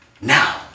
now